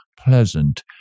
pleasant